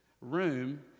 Room